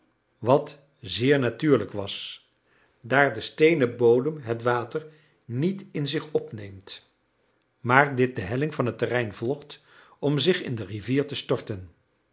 wat zeer natuurlijk was daar de steenen bodem het water niet in zich opneemt maar dit de helling van het terrein volgt om zich in de rivier te storten